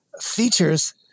features